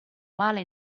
male